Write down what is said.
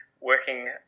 working